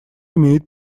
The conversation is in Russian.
имеет